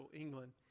England